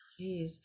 Jeez